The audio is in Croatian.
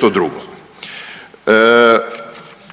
nešto drugo.